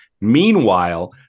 Meanwhile